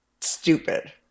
stupid